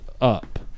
up